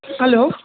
hello